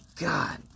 God